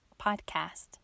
podcast